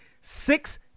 six